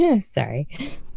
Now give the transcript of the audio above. sorry